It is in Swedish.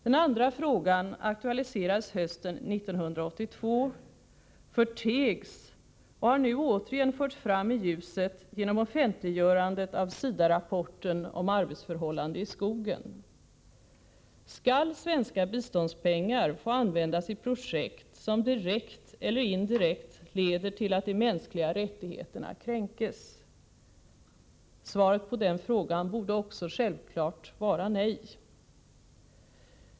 Den andra frågan aktualiserades hösten 1982, förtegs och har nu återigen förts fram i ljuset genom offentliggörandet av SIDA-rapporten om arbetsförhållandena i skogen. Skall svenska biståndspengar få användas i projekt som direkt eller indirekt leder till att de mänskliga rättigheterna kränks? Svaret på den frågan borde självfallet vara nej.